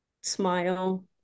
smile